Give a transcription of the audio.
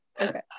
Okay